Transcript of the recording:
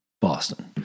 Boston